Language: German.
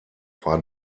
war